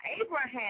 Abraham